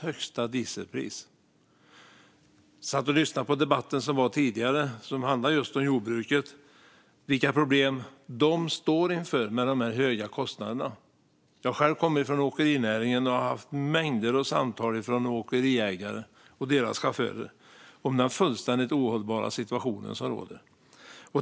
Jag satt och lyssnade på debatten som var tidigare. Det handlade just om jordbruket och vilka problem som de står inför med de höga kostnaderna. Jag själv kommer från åkerinäringen. Jag har fått mängder av samtal från åkeriägare och deras chaufförer om den fullständigt ohållbara situation som råder.